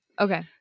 Okay